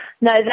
no